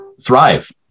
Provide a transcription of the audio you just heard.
thrive